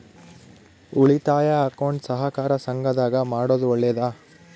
ಉಳಿತಾಯ ಅಕೌಂಟ್ ಸಹಕಾರ ಸಂಘದಾಗ ಮಾಡೋದು ಒಳ್ಳೇದಾ?